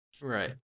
right